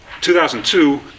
2002